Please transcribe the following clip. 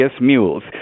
mules